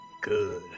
Good